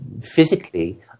physically